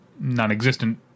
non-existent